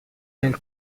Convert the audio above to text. del